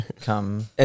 come